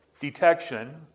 detection